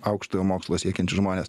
aukštojo mokslo siekiančius žmones